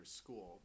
school